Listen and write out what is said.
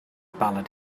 ballad